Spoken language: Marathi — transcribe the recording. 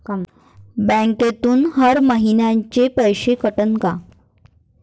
बँकेतून हर महिन्याले पैसा कटन का?